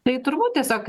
tai turbūt tiesiog